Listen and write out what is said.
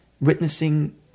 witnessing